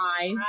eyes